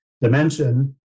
dimension